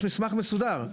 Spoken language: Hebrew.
יש מסמך מסודר.